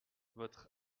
votre